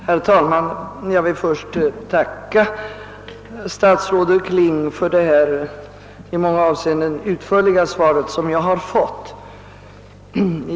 Herr talman! Jag vill först tacka statsrådet Kling för det i många avseenden utförliga svar som jag har fått.